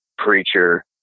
Preacher